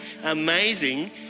Amazing